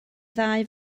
ddau